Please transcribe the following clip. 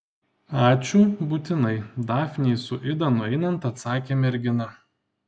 ačiū būtinai dafnei su ida nueinant atsakė mergina